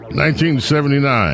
1979